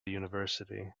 university